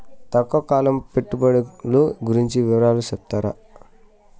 తక్కువ కాలం పెట్టుబడులు గురించి వివరాలు సెప్తారా?